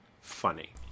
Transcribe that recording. funny